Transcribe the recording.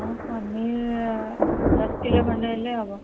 ହଁ ପନିର୍ ଦଶ କିଲୋ ଖଣ୍ଡେ ହେଲେ ହବ